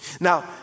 Now